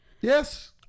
yes